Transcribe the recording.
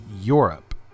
Europe